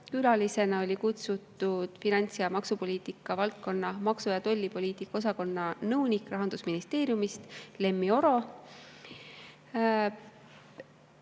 Külalisena oli kutsutud finants‑ ja maksupoliitika valdkonna maksu‑ ja tollipoliitika osakonna nõunik Rahandusministeeriumist, Lemmi Oro.